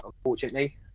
Unfortunately